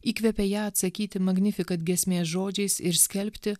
įkvepia ją atsakyti giesmės žodžiais ir skelbti